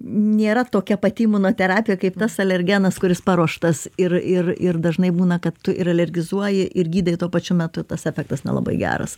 nėra tokia pati imunoterapija kaip tas alergenas kuris paruoštas ir ir ir dažnai būna kad tu ir alergizuoji ir gydai tuo pačiu metu tas efektas nelabai geras